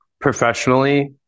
professionally